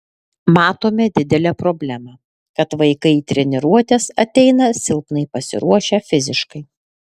matome didelę problemą kad vaikai į treniruotes ateina silpnai pasiruošę fiziškai